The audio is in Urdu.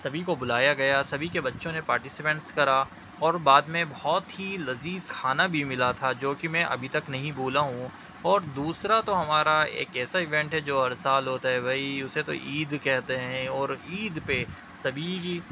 سبھی کو بلایا گیا سبھی کے بچوں نے پارٹیسپینٹس کرا اور بعد میں بہت ہی لذیذ کھانا بھی ملا تھا جو کہ میں ابھی تک نہیں بھولا ہوں اور دوسرا تو ہمارا ایک ایسا ایونٹ ہے جو ہر سال ہوتا ہے بھائی اسے تو عید کہتے ہیں اور عید پہ سبھی